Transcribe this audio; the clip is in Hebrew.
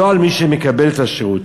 לא על מי שמקבל את השירות,